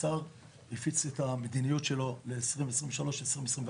השר הפיץ את המדיניות שלו ל-2023-2024,